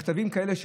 במכתבים כאלה,